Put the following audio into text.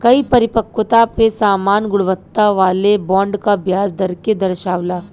कई परिपक्वता पे समान गुणवत्ता वाले बॉन्ड क ब्याज दर के दर्शावला